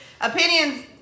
opinions